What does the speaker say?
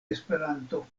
esperanto